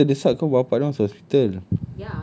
no because terdesak kan bapa dia masuk hospital